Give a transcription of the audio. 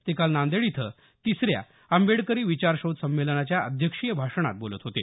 ते काल नांदेड इथं तिसऱ्या आंबेडकरी विचारवेध संमेलनाच्या अध्यक्षीय भाषणात बोलत होते